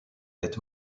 est